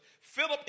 Philip